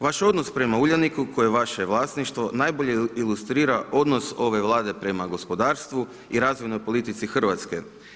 Vaš odnos prema Uljaniku, koje je vaše vlasništvo, najbolje ilustrira odnos ove vlade prema gospodarstvu i razvojno politici Hrvatske.